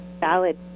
valid